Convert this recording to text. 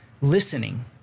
listening